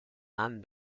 and